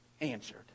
answered